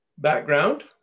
Background